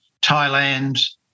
Thailand